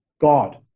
God